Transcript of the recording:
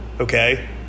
Okay